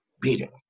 beating